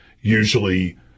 usually